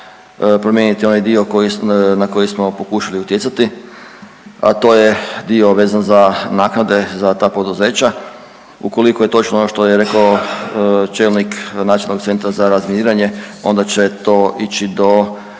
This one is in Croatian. promijeniti onaj dio na koji smo pokušali utjecati, a to je dio vezan za naknade za ta poduzeća. Ukoliko je točno ono što je rekao čelnik Nacionalnog centra za razminiranje onda će to ići do